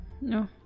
no